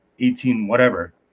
18-whatever